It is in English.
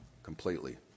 completely